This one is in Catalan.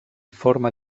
forma